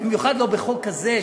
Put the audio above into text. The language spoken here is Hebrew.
במיוחד לא בחוק כזה,